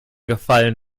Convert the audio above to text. gefallen